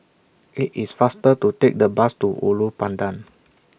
IT IS faster to Take The Bus to Ulu Pandan